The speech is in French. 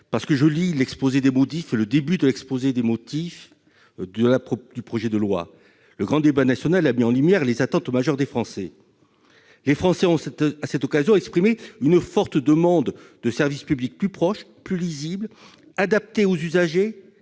la secrétaire d'État. Je lis le début de l'exposé des motifs du projet de loi :« Le grand débat national a mis en lumière les attentes majeures des Français [...] Les Français ont à cette occasion exprimé une forte demande de services publics, plus proches, plus lisibles, adaptés aux usagers